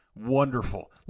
wonderful